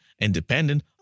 independent